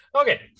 Okay